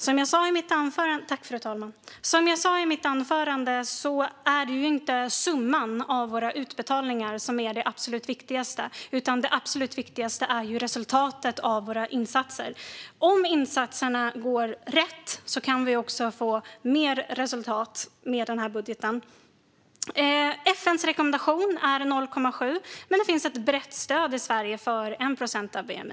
Fru talman! Som jag sa i mitt anförande är det inte summan av våra utbetalningar som är det absolut viktigaste, utan det absolut viktigaste är resultatet av våra insatser. Om insatserna går rätt kan vi få mer resultat med den här budgeten. FN:s rekommendation är 0,7 procent av bni, men det finns ett brett stöd i Sverige för 1 procent av bni.